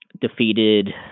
defeated